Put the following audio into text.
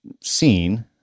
seen